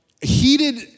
heated